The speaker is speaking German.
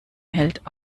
hält